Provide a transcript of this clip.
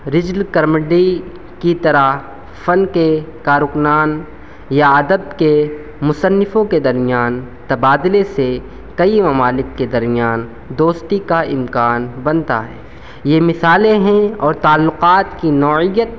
رجل کرملڈی کی طرح فن کے کارکنان یا ادب کے مصنفوں کے درمیان تبادلے سے کئی ممالک کے درمیان دوستی کا امکان بنتا ہے یہ مثالیں ہیں اور تعلّقات کی نوعیت